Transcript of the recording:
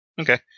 Okay